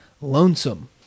lonesome